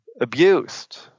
abused